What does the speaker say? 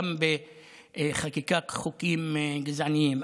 גם בחקיקת חוקים גזעניים,